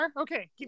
okay